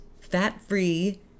fat-free